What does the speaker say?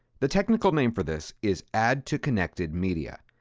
the technical name for this is, add to connected media.